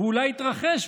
ואולי יתרחש,